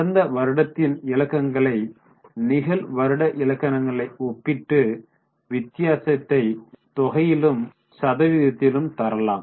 கடந்த வருடத்தின் இலக்கங்களை நிகழ் வருட இலக்கணங்களை ஒப்பிட்டு வித்தியாசத்தை தொகையிலும் சதவீதத்திலும் தரலாம்